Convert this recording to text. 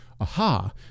aha